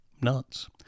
Nuts